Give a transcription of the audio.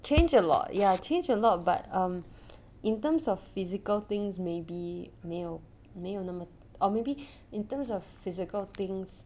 change a lot ya change a lot but um in terms of physical things maybe 没有没有那么 or maybe in terms of physical things